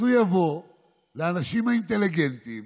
אז הוא יבוא לאנשים האינטליגנטים